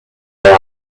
her